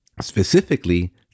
Specifically